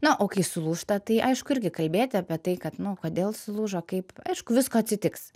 na o kai sulūžta tai aišku irgi kalbėti apie tai kad nu kodėl sulūžo kaip aišku visko atsitiks